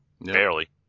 Barely